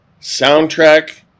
soundtrack